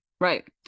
Right